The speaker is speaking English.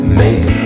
make